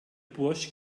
burj